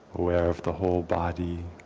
aware of the whole body